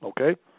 okay